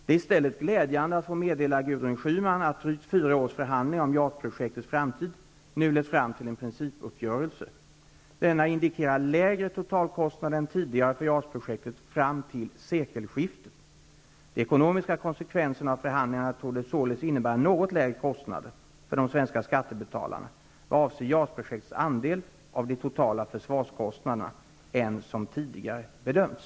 Det är i stället glädjande att få meddela Gudrun Schyman att drygt fyra års förhandlingar om JAS projektets framtid nu lett fram till en principuppgörelse. Denna indikerar lägre totalkostnader än tidigare för JAS-projektet fram till sekelskiftet. De ekonomiska konsekvenserna av förhandlingarna torde således innebära något lägre kostnader -- för de svenska skattebetalarna -- vad avser JAS-projektets andel av de totala försvarskostnaderna, än som tidigare bedömts.